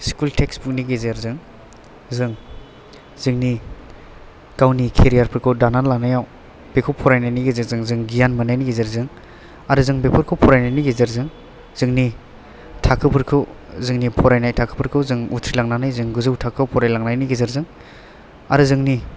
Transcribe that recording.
school textbook नि गेजेरजों जों जोंनि गावनि केरियार फोरखौ दानानै लानायाव बेखौ फरायनायनि गेजेरजों जों गियान मोन्नायनि गेजेरजों आरो जों बेफोरखौ फरायनायनि गेजेरजों जोंनि थाखोफोरखौ जोंनि फरायनाय थाखो फोरखौ जों उथ्रिलांनानै जों गोजौ थाखोयाव फरायलांनायनि गेजेरजों आरो जोंनि